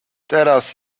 teraz